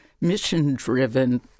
mission-driven